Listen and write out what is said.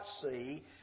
see